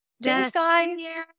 Yes